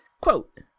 quote